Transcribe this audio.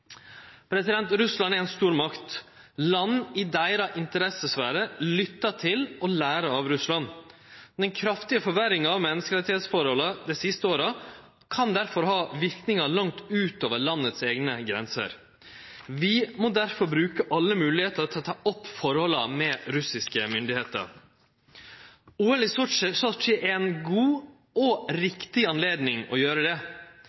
Russland er ei stormakt. Land i deira interessesfære lyttar til og lærer av Russland. Den kraftige forverringa av menneskerettsforholda dei siste åra kan derfor ha verknader langt ut over landets eigne grenser. Vi må derfor bruke alle moglegheiter til å ta opp forholda med russiske myndigheiter. OL i Sotsji er ei god og riktig anledning til å gjere det.